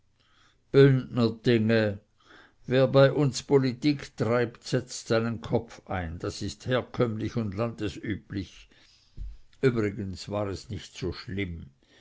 wer bei uns politik treibt setzt seinen kopf ein das ist herkömmlich und landesüblich übrigens war es nicht so schlimm